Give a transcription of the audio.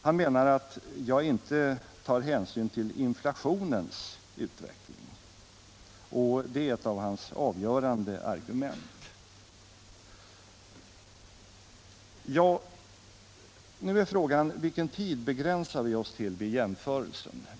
Han menar att jag inte tar hänsyn till inflationens utveckling — det är ett av hans avgörande argument. Nu är frågan vilken tid vi begränsar oss till vid jämförelsen.